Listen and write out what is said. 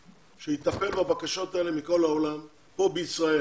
שיטפל בבקשות האלה מכל העולם פה בישראל,